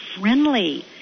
friendly